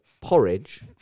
porridge